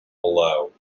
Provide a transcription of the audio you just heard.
below